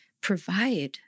provide